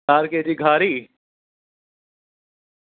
ચાર કેજી ઘારી